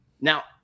now